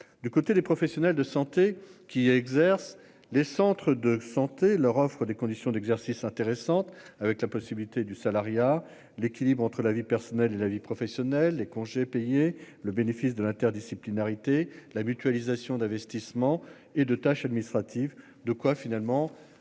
Du côté des professionnels de santé qui exercent les centres de santé leur offrent des conditions d'exercice intéressante avec la possibilité du salariat. L'équilibre entre la vie personnelle et la vie professionnelle, les congés payés, le bénéfice de l'interdisciplinarité la mutualisation d'investissement et de tâches administratives, de quoi finalement,